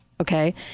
Okay